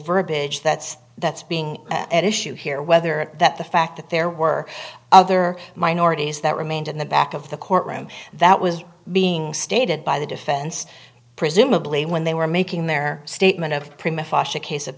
verbiage that's that's being at issue here whether at that the fact that there were other minorities that remained in the back of the courtroom that was being stated by the defense presumably when they were making their statement of prima fascia case of